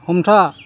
हमथा